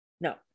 No